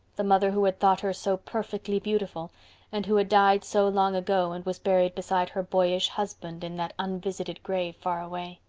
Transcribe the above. the mother who had thought her so perfectly beautiful and who had died so long ago and was buried beside her boyish husband in that unvisited grave far away.